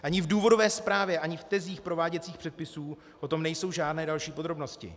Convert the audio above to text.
Ani v důvodové zprávě ani v tezích prováděcích předpisů o tom nejsou žádné další podrobnosti.